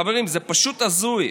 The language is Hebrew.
חברים, זה פשוט הזוי.